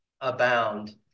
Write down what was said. abound